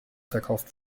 verkauft